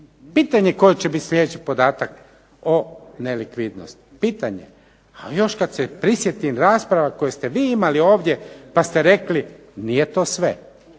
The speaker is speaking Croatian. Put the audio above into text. Pitanje je koji će biti slijedeći podatak o nelikvidnosti, pitanje. A još kad se prisjetim rasprava koje ste vi imali ovdje pa ste rekli nije to sve,